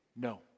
No